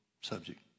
subject